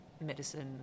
medicine